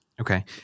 Okay